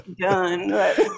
Done